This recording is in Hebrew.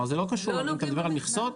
אתה מדבר על המכסות?